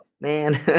man